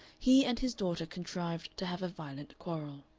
he and his daughter contrived to have a violent quarrel.